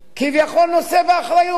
כביכול נושא באחריות,